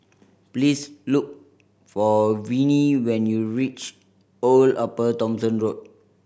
please look for Vinie when you reach Old Upper Thomson Road